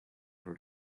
her